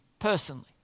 personally